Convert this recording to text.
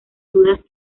dudas